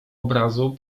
obrazu